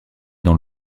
dans